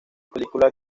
película